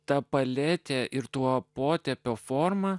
ta paletė ir tuo potėpio forma